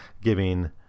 giving